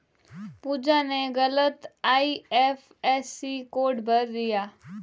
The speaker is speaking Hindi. पूजा ने गलत आई.एफ.एस.सी कोड भर दिया